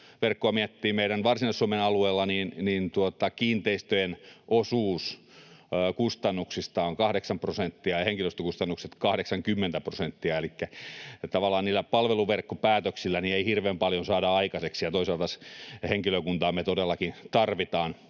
palveluverkkoa miettii meidän Varsinais-Suomen alueella, niin kiinteistöjen osuus kustannuksista on kahdeksan prosenttia ja henkilöstökustannusten 80 prosenttia. Elikkä tavallaan niillä palveluverkkopäätöksillä ei hirveän paljon saada aikaiseksi, ja toisaalta taas henkilökuntaa me todellakin tarvitaan.